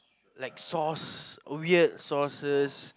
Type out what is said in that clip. like sauce weird sauces